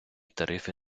тарифи